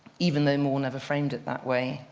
even though more never framed it that way.